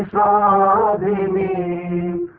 so da da mmm